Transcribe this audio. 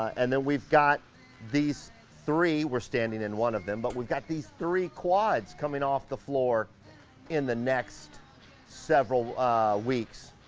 and then we've got these three, we're standing in one of them, but we've got these three quads coming off the floor in the next several weeks.